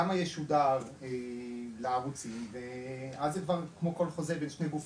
כמה ישודר לערוצים ואז זה כבר כמו כל חוזה בין שני גופים,